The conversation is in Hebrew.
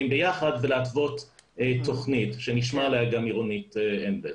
ביחד ולהתוות תוכנית שנשמע עליה גם מרונית אנדלר.